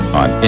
on